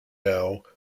now